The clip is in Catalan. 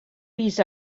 pis